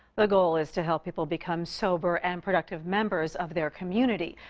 the goal is to help people become sober and productive members of their community.